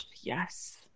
yes